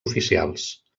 oficials